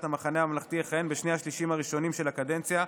המחנה הממלכתי יכהן בשני השלישים הראשונים של הקדנציה,